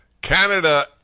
Canada